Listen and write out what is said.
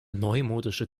neumodische